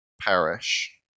perish